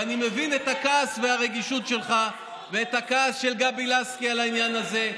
ואני מבין את הכעס והרגישות שלך ואת הכעס של גבי לסקי על העניין הזה,